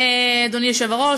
אדוני היושב-ראש,